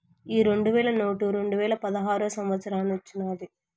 ఈ రెండు వేల నోటు రెండువేల పదహారో సంవత్సరానొచ్చినాది